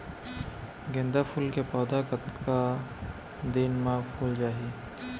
गेंदा फूल के पौधा कतका दिन मा फुल जाही?